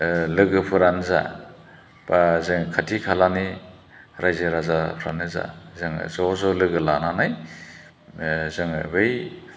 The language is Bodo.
लोगोफोरानो जा एबा जोङो खाथि खालानि रायजो राजाफ्रानो जा जोङो ज' ज' लोगो लानानै जोङो बै